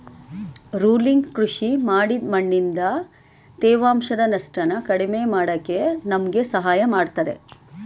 rolling ಕೃಷಿ ಮಾಡಿದ್ ಮಣ್ಣಿಂದ ತೇವಾಂಶದ ನಷ್ಟನ ಕಡಿಮೆ ಮಾಡಕೆ ನಮ್ಗೆ ಸಹಾಯ ಮಾಡ್ತದೆ